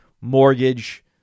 mortgage